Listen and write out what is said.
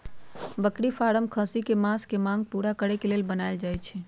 बकरी फारम खस्सी कें मास के मांग पुरा करे लेल बनाएल जाय छै